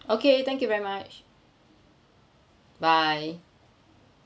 okay thank you very much bye